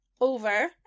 over